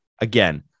Again